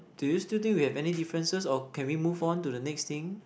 do you still think we have any differences or can we move on to the next thing